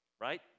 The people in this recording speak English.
right